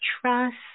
trust